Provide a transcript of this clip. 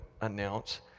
announce